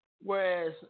Whereas